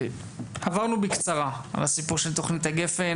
עברנו בקצרה על הסיפור של תוכנית גפ"ן